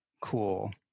cool